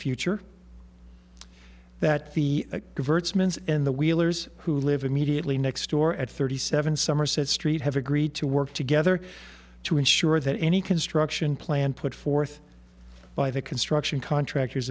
future that the diverts means in the wheelers who live immediately next door at thirty seven somerset street have agreed to work together to ensure that any construction plan put forth by the construction contractors